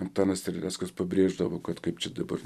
antanas terleckas pabrėždavo kad kaip čia dabar